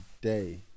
day